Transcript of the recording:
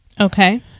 Okay